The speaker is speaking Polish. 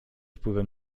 wpływem